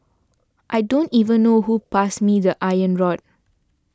I don't even know who passed me the iron rod